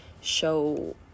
show